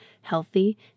healthy